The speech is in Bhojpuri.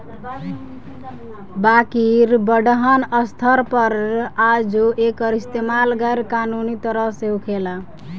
बाकिर बड़हन स्तर पर आजो एकर इस्तमाल गैर कानूनी तरह से होखेला